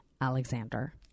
Alexander